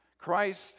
Christ